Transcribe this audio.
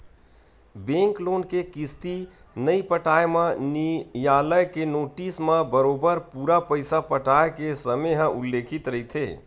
bank loan के किस्ती नइ पटाए म नियालय के नोटिस म बरोबर पूरा पइसा पटाय के समे ह उल्लेख रहिथे